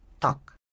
talk